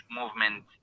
movement